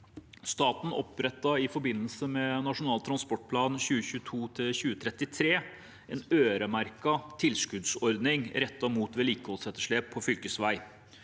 Staten opprettet i forbindelse med Nasjonal transportplan 2022–2033 en øremerket tilskuddsordning rettet mot vedlikeholdsetterslep på fylkesvei.